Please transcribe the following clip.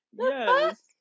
Yes